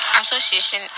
association